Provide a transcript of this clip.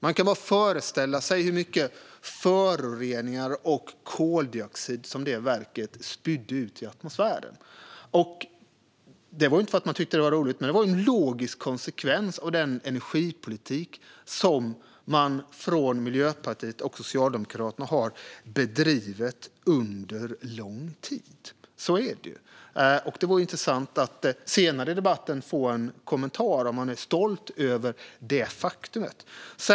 Vi kan bara föreställa oss hur mycket föroreningar och koldioxid som detta verk spydde ut i atmosfären. Det var inte för att man tyckte att det var roligt, utan det var en logisk konsekvens av den energipolitik som Miljöpartiet och Socialdemokraterna har bedrivit under lång tid. Så är det. Det vore intressant att senare i debatten få en kommentar om ni är stolta över detta faktum.